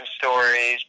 Stories